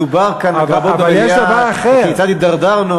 דובר כאן על כבוד במליאה וכיצד הידרדרנו,